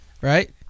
right